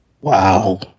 Wow